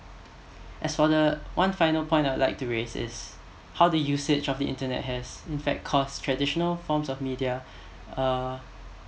as for the one final point I'd like to waste is how the usage of the internet has in fact caused of traditional forms of media uh